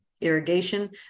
irrigation